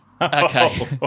Okay